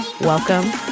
Welcome